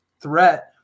threat